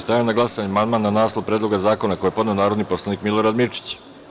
Stavljam na glasanje amandman na naslov Predloga zakona koji je podneo narodni poslanik Milorad Mirčić.